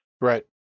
Right